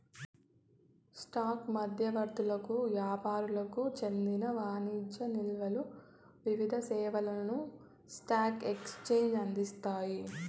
stock మధ్యవర్తులకు యాపారులకు చెందిన వాణిజ్య నిల్వలు వివిధ సేవలను స్పాక్ ఎక్సేంజికి అందిస్తాయి